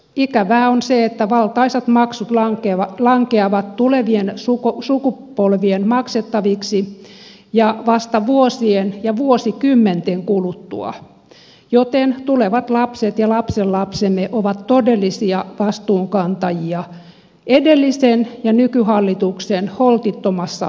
ikävää on se että valtaisat maksut lankeavat tulevien sukupolvien maksettaviksi ja vasta vuosien ja vuosikymmenten kuluttua joten tulevat lapset ja lapsenlapsemme ovat todellisia vastuunkantajia edellisen ja nykyhallituksen holtittomassa politiikassa